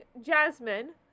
Jasmine